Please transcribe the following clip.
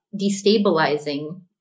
destabilizing